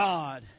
God